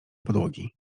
podłogi